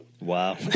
Wow